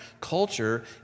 culture